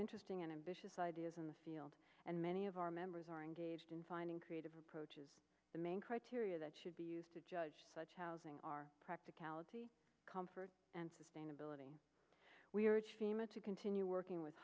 interesting and ambitious ideas in the field and many of our members are engaged in finding creative approaches the main criteria that should be used to judge such housing are practicality comfort and sustainability we are going to continue working with